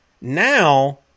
Now